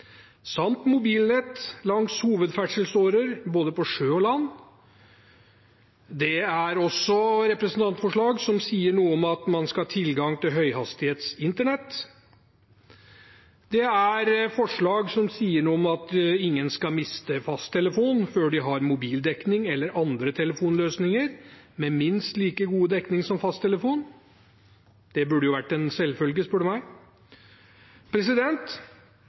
samt mobilnett langs hovedferdselsårer både på sjø og på land. Det er også representantforslag som sier noe om at man skal ha tilgang til høyhastighets internett. Det er forslag som sier noe om at ingen skal miste fasttelefonen før de har mobildekning eller andre telefonløsninger med minst like god dekning som fasttelefonen. Det burde vært en selvfølge, spør du meg.